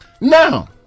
now